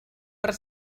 per